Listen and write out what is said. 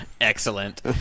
excellent